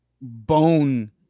bone